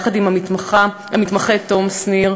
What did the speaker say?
יחד עם המתמחה תום שניר,